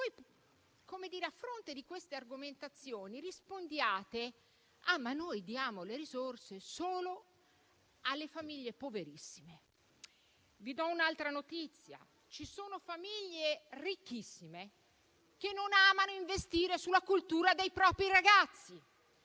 quale motivo, a fronte di queste argomentazioni, rispondiate che voi date risorse solo alle famiglie poverissime. Vi do un'altra notizia: ci sono famiglie ricchissime che non amano investire sulla cultura dei propri ragazzi.